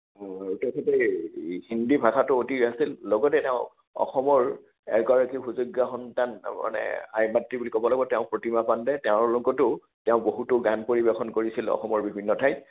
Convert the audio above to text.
তেখেতে হিন্দী ভাষাতো অতি আছিল লগতে তেওঁ অসমৰ এগৰাকী সুযোগ্য সন্তান মানে আই মাতৃ বুলি ক'ব লাগিব তেওঁ প্ৰতিমা পাণ্ডে তেওঁৰ লগতো তেওঁ বহুতো গান পৰিৱেশন কৰিছিল অসমৰ বিভিন্ন ঠাইত